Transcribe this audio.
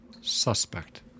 suspect